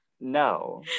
No